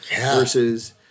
versus